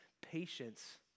patience